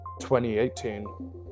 2018